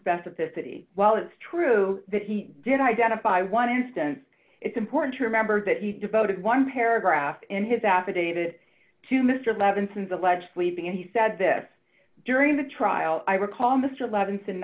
specificity while it's true that he did identify one instance it's important to remember that he devoted one paragraph in his affidavit to mr levinson's alleged sleeping and he said this during the trial i recall mr lev